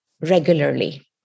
regularly